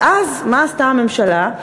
ואז, מה עשתה הממשלה?